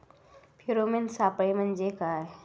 Pheromone सापळे म्हंजे काय?